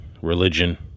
religion